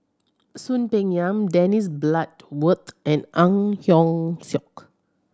Soon Peng Yam Dennis Bloodworth and Ang Hiong Chiok